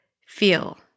Feel